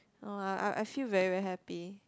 orh I I I feel very very happy